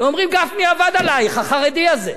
הם אומרים: גפני עבד עלייך, החרדי הזה.